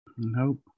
Nope